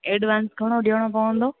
advance घणो ॾियणो पवंदो